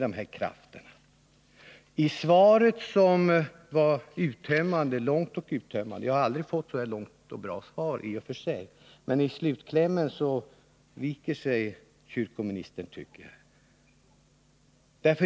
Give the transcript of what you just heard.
I slutklämmen i det långa och uttömmande svaret — jag har aldrig tidigare fått ett så långt och bra svar — viker sig kyrkoministern.